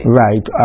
right